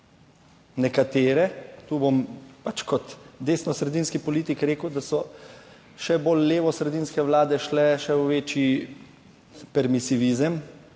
Nekatere, tu bom pač kot desnosredinski politik rekel, da so še bolj levosredinske vlade šle še v večji permisivizem